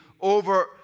over